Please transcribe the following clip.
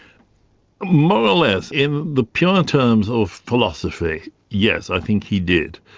more or less. in the pure terms of philosophy, yes, i think he did.